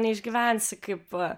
neišgyvensi kaip